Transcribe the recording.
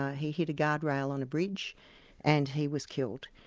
he hit a guard-rail on a bridge and he was killed.